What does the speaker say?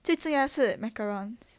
最重要是 macarons